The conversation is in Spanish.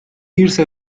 irse